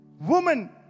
woman